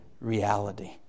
reality